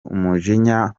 umujinya